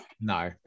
no